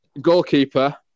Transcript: goalkeeper